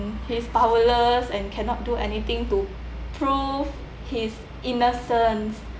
he's powerless and cannot do anything to prove his innocence